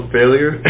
failure